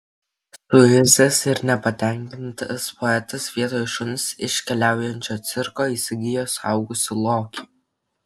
suirzęs ir nepatenkintas poetas vietoj šuns iš keliaujančio cirko įsigijo suaugusį lokį